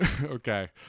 Okay